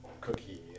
cookie